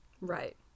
Right